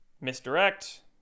misdirect